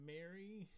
Mary